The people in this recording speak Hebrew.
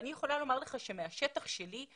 אני יכולה לומר לך שמהשטח שלי,